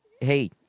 Hey